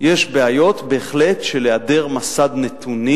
יש בהחלט בעיות של היעדר מסד נתונים.